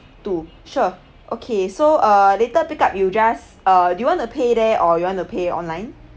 two sure okay so uh later pick up you just uh do you want to pay there or you want to pay it online